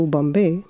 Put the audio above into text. Bombay